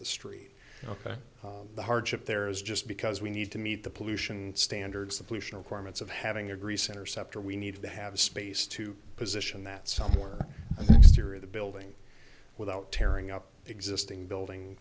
the street ok the hardship there is just because we need to meet the pollution standards the pollution requirements of having a grease interceptor we need to have a space to position that somewhere here in the building without tearing up existing building